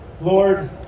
Lord